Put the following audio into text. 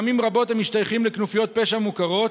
פעמים רבות הם משתייכים לכנופיות פשע מוכרות.